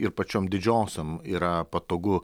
ir pačiom didžiosiom yra patogu